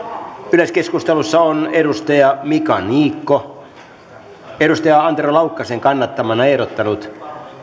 yleiskeskustelussa on mika niikko antero laukkasen kannattamana ehdottanut